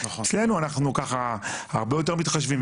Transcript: אצלנו אנחנו ככה הרבה יותר מתחשבים,